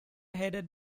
headed